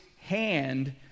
hand